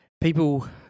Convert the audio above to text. people